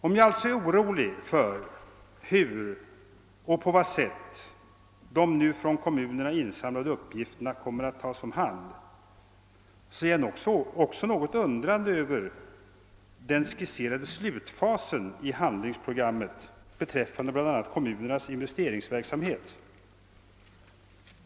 Om jag alltså är orolig för på vad sätt de nu från kommunerna insamlade uppgifterna kommer att tas om hand, är jag också något undrande över den skisserade slutfasen i handlingsprogrammet beträffande bl.a. kommunernas investeringsverksamhet.